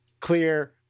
clear